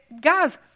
Guys